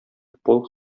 полк